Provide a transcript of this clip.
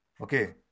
Okay